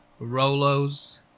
Rolos